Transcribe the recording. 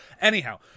Anyhow